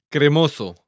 Cremoso